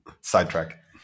Sidetrack